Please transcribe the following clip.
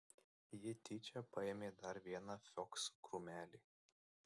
ji tyčia paėmė dar vieną flioksų krūmelį